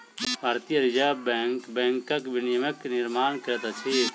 भारतीय reserve bank बैंकक विनियमक निर्माण करैत अछि